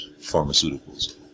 pharmaceuticals